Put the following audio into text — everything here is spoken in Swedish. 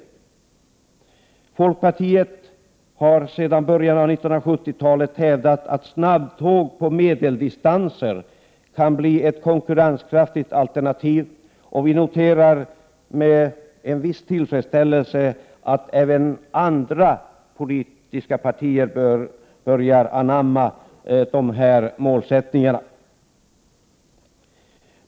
Vi i folkpartiet har sedan början av 1970-talet hävdat att snabbtåg på medeldistanser kan bli ett konkurrenskraftigt alternativ. Vi noterar med en viss tillfredsställelse att även andra politiska partier börjar anamma denna målsättning.